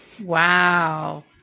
Wow